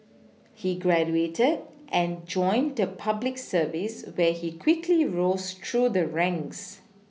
he graduated and joined the public service where he quickly rose through the ranks